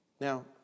Now